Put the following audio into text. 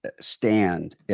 stand